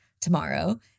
tomorrow